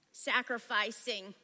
sacrificing